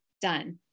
done